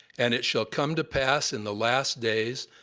and it shall come to pass in the last days,